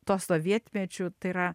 tuo sovietmečiu tai yra